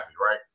right